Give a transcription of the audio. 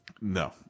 No